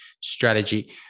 strategy